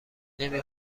نمی